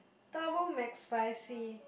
double McSpicy